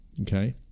okay